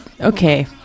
okay